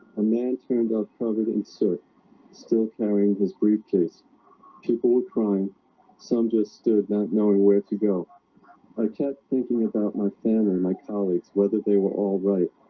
a man turned up covered in soot still carrying his briefcase people were crying some just stood not knowing where to go i kept thinking about my fan or and my colleagues whether they were all right,